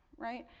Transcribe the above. right.